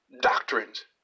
doctrines